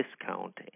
discount